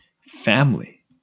family